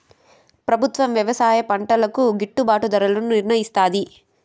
ప్రభుత్వం వ్యవసాయ పంటలకు గిట్టుభాటు ధరలను నిర్ణయిస్తాది